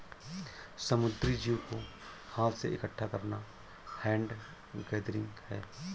समुद्री जीव को हाथ से इकठ्ठा करना हैंड गैदरिंग है